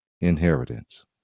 inheritance